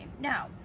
now